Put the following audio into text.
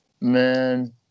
man